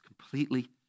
completely